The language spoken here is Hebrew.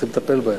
צריך לטפל בהן.